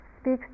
speaks